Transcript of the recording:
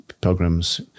pilgrims